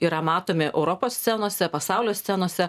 yra matomi europos scenose pasaulio scenose